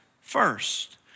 first